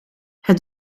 het